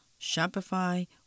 Shopify